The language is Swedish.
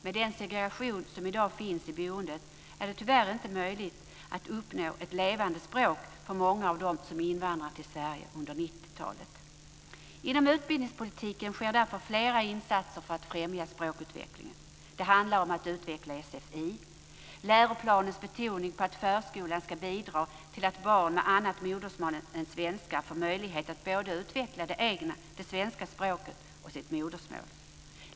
Med den segregation som i dag finns i boendet är det tyvärr inte möjligt att uppnå ett levande språk för många av dem som invandrat till Sverige under 90 Inom utbildningspolitiken sker därför flera insatser för att främja språkutvecklingen. Det handlar om att utveckla sfi. Läroplanen betonar att förskolan ska bidra till att barn med annat modersmål än svenska får möjlighet att utveckla både det svenska språket och sitt modersmål.